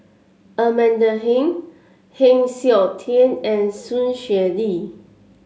Amanda Heng Heng Siok Tian and Sun Xueling